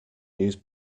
news